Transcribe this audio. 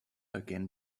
again